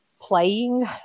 playing